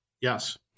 Yes